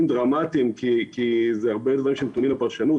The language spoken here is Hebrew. דרמטיים כי אלה דברים שנתונים לפרשנות.